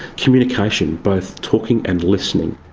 communication, both talking and listening.